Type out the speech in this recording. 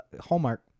Hallmark